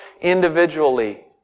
individually